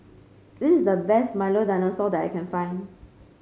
this is the best Milo Dinosaur that I can find